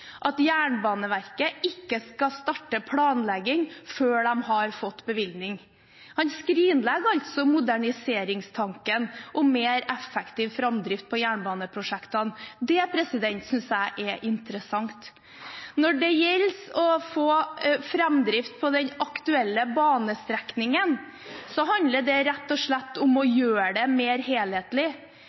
at Jernbaneverket ikke skal starte planlegging før de har fått bevilgning. Han skrinlegger altså moderniseringstanken om mer effektiv framdrift på jernbaneprosjektene. Det synes jeg er interessant. Når det gjelder å få framdrift på den aktuelle banestrekningen, handler det rett og slett om å gjøre det mer helhetlig.